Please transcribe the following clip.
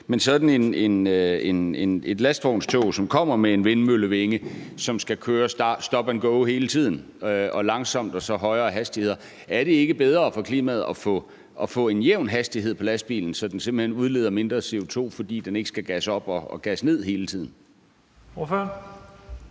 til sådan et lastvognstog, som kommer med en vindmøllevinge, og som skal køre stop and go hele tiden – langsomt og så med højere hastigheder osv. – er det så ikke bedre for klimaet at få en jævn hastighed på lastbilen, så den simpelt hen udleder mindre CO2, fordi den ikke skal gasse op og ned hele tiden?